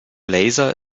laser